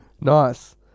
Nice